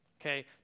Okay